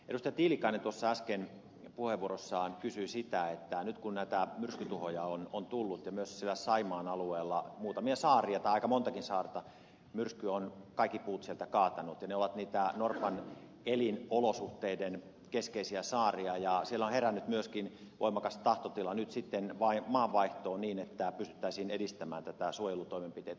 tiilikainen tuossa äsken puheenvuorossaan kysyi sitä että nyt kun näitä myrskytuhoja on tullut ja myös siellä saimaan alueella muutamilla saarilla tai aika monellakin saarella myrsky on kaikki puut sieltä kaatanut ja ne ovat niitä norpan elinolosuhteiden keskeisiä saaria siellä on herännyt myöskin voimakas tahtotila nyt sitten maanvaihtoon niin että pystyttäisiin edistämään suojelutoimenpiteitä